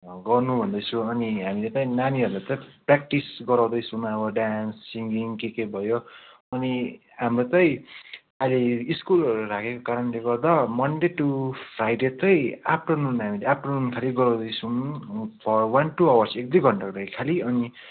गर्नु भन्दैछु अनि हामीले चाहिँ नानीहरूलाई चाहिँ प्रेक्टिस गराउँदैछौँ अब डेन्स सिङ्गिङ के के भयो अनि हाम्रो चाहिँ अहिले स्कुलहरू लागेको कारणले गर्दा मनडे टू फ्राइडे चाहिँ आफ्टारनुन हामीले आफ्टारनुन खालि गराउँदैछौँ वान टू आवर्स एक दुई घन्टाको लागि खालि